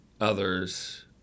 others